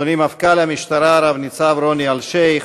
אדוני מפכ"ל המשטרה רב-ניצב רוני אלשיך,